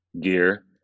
gear